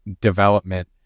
development